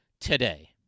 today